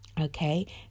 Okay